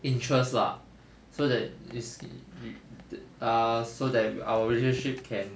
interest lah so that is the err so that our relationship can